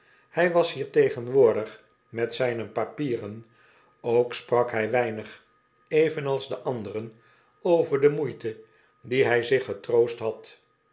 hij was hier tegenwoordig met zijne papieren ook sprak hij weinig evenals de anderen over de moeite die hij zich getroost had